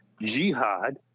jihad